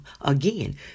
again